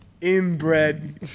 Inbred